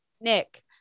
Nick